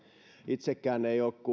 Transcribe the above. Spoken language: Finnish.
itsekään en ole